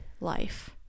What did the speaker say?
life